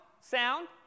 sound